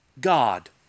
God